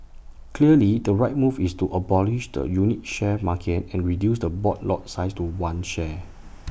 clearly the right move is to abolish the unit share market and reduce the board lot size to one share